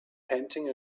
panting